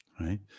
right